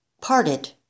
Parted